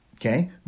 Okay